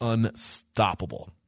Unstoppable